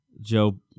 Joe